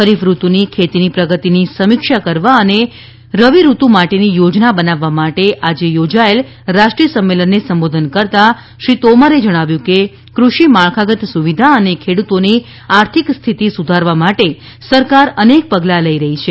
ખરીફ ઋતુની ખેતીની પ્રગતિની સમીક્ષા કરવા અને રવિ ઋતુ માટેની યોજના બનાવવા માટે આજે યોજાયેલ રાષ્ટ્રીય સંમેલનને સંબોધન કરતાં શ્રી તોમરે જણાવ્યું કે કૃષિ માળખાગત સુવિધા અને ખેડુતોની આર્થિક સ્થિતિ સુધારવા માટે સરકાર અનેક પગલાં લઈ રહી છે